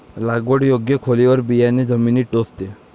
लागवड योग्य खोलीवर बियाणे जमिनीत टोचते